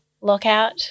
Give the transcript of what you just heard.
lockout